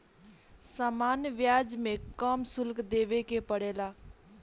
सामान्य ब्याज में कम शुल्क देबे के पड़ेला